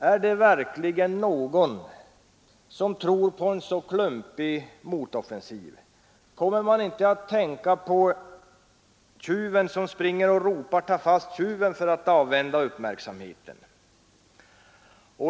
Är det verkligen någon som tror på en så klumpig motoffensiv? Kommer man inte att tänka på tjuven som springer och ropar ”Ta fast tjuven” för att avvända uppmärksamheten?